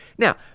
Now